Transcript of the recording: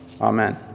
Amen